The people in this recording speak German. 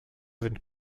sind